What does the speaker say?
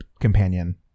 companion